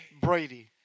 Brady